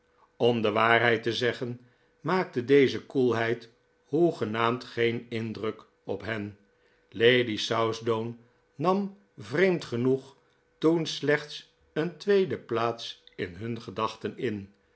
om de waarheid te zeggen maakte deze koelheid hoegenaamd geen indruk op hen lady southdown nam vreemd genoeg toen slechts een tweede plaats in hun gedachten in